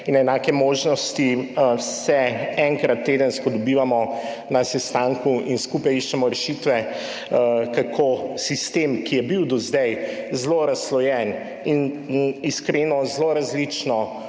in enake možnosti, se enkrat tedensko dobivamo na sestanku in skupaj iščemo rešitve, kako sistem, ki je bil do zdaj zelo razslojen in je, iskreno, zelo različno